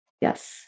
Yes